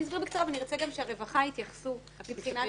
אני אסביר בקצרה ואני ארצה שגם הרווחה יתייחסו מבחינת